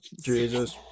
Jesus